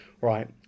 right